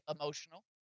emotional